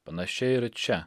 panašiai ir čia